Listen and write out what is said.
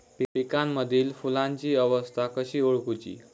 पिकांमदिल फुलांची अवस्था कशी ओळखुची?